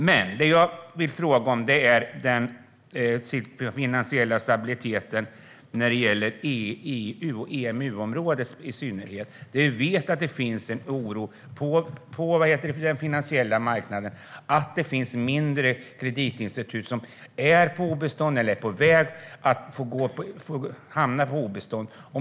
Men det jag vill fråga om är den finansiella stabiliteten i EU, i synnerhet i EMU-området, där vi vet att det finns en oro på den finansiella marknaden. Det finns mindre kreditinstitut som är på obestånd eller är på väg att hamna på obestånd.